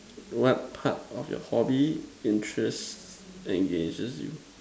what part of your hobby interest engages you